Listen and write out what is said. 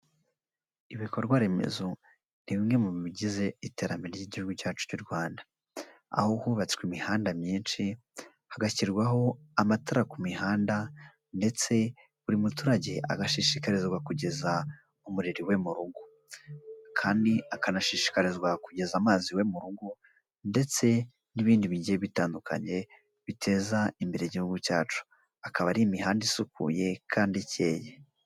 Ibikorwa remezo ni bimwe mu bigize iterambere ry'igihugu cyacu cy'u Rwanda, aho hubatswe imihanda myinshi hagashyirwaho amatara ku mihanda ndetse buri muturage agashishikarizwa kugeza umuriro iwe mu rugo kandi akanashishikarizwa kugeza amazi iwe mu rugo ndetse n'ibindi bigiye bitandukanye biteza imbere igihugu cyacu, akaba ari imihanda isukuye kandi ikeye.